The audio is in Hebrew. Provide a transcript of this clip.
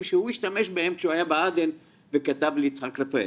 שהוא השתמש בהן כשהוא היה בעדן וכתב ליצחק רפאל.